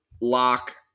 lock